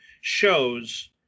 shows